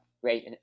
great